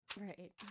Right